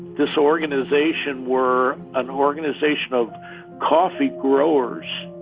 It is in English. disorganization were anorganization of coffee growers.